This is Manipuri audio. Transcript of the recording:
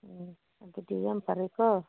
ꯑꯗꯨꯗꯤ ꯌꯥꯝ ꯐꯔꯦꯀꯣ